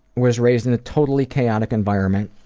was raised in a totally chaotic environment,